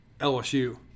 LSU